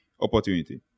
opportunity